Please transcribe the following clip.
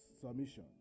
submission